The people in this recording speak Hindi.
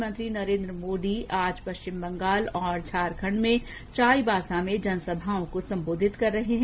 प्रधानमंत्री नरेन्द्र मोदी आज पश्चिम बंगाल और झारखंड में चाईबासा में जनसभाओं को संबोधित कर रहे हैं